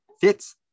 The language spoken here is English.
fits